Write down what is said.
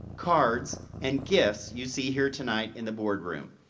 cards, and gifts you see here tonight in the board room.